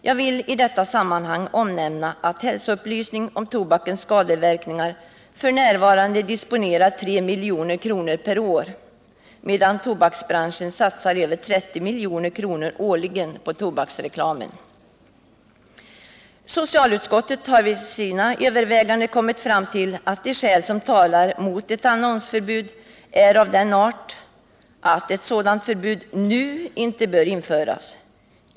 Jag vill i detta sammanhang omnämna att medlen för hälsoupplysning vad avser tobakens skadeverkningar f.n. uppgår till 3 milj.kr. per år, medan tobaksbranschen satsar över 30 milj.kr. årligen på tobaksreklam. Socialutskottet har vid sina överväganden kommit fram till att de skäl som talar mot ett annonsförbud är av den arten att ett sådant förbud nu inte bör införas.